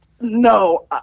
No